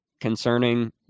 concerning